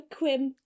quim